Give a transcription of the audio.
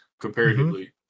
comparatively